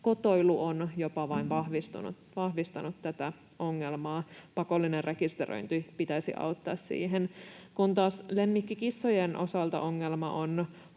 kotoilu ovat jopa vain vahvistaneet tätä ongelmaa. Pakollisen rekisteröinnin pitäisi auttaa siihen, kun taas lemmikkikissojen osalta ongelma on